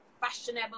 fashionable